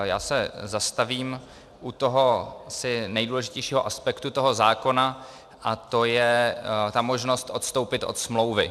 Já se zastavím u toho asi nejdůležitějšího aspektu toho zákona, a to je ta možnost odstoupit od smlouvy.